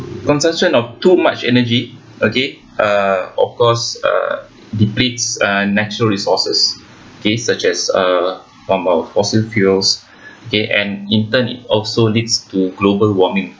consumption of too much energy okay uh of course uh depletes uh natural resources K such as uh fossil fuels K and in turn it also leads to global warming